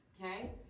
Okay